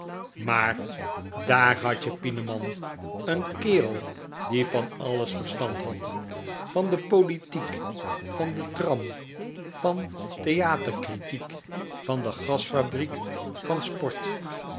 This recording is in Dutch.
maar daar had je pieneman n kerel die van alles verstand had van de politiek van de tram van theatercritiek van de gasfabriek van sport